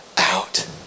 out